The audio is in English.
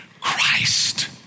Christ